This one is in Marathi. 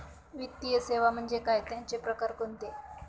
वित्तीय सेवा म्हणजे काय? त्यांचे प्रकार कोणते?